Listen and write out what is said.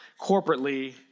corporately